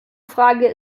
frage